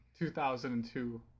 2002